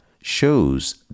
shows